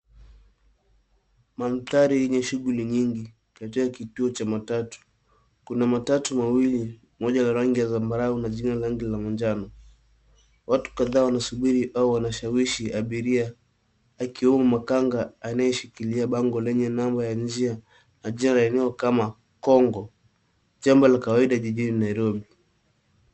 Mandhari yenye shughuli nyingi katika kituo cha matatu. Kuna matatu mawili, moja la rangi ya zambarau na jingine la rangi ya majano. Watu kadhaa wanasubiri au wanashawishi abiria akiwemo makanga anayeshikilia bango lenye namba ya njia, na jina la eneo kama CONGO.Jambo la kawaida jijini Nairobi.